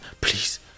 Please